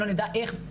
לא נדע איך,